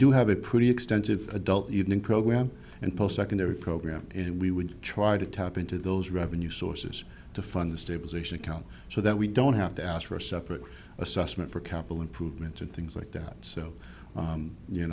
do have a pretty extensive adult evening program and post secondary program and we would try to tap into those revenue sources to fund the stabilization account so that we don't have to ask for a separate assessment for capital improvements and things like that so